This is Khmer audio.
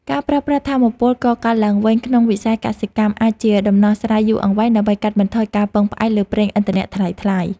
ការប្រើប្រាស់ថាមពលកកើតឡើងវិញក្នុងវិស័យកសិកម្មអាចជាដំណោះស្រាយយូរអង្វែង ដើម្បីកាត់បន្ថយការពឹងផ្អែកលើប្រេងឥន្ធនៈថ្លៃៗ។